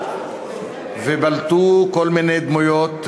ובלטו כל מיני דמויות,